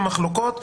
המחלוקות,